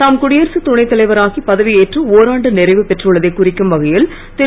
தாம் குடியரசு துணை தலைவராகி பதவி ஏற்று ஒராண்டு நிறைவுபெற்றைள்ளதை குறிக்கும் வகையில் திரு